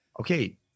okay